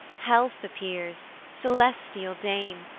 health appears! celestial dame!